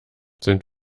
sind